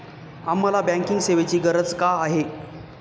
आम्हाला बँकिंग सेवेची गरज का आहे?